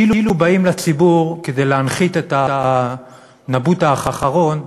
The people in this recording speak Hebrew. כאילו באים לציבור, כדי להנחית את הנבוט האחרון,